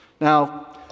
Now